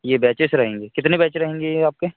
यह बैचेस रहेंगे कितने बैच रहेंगे यह आपके